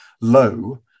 low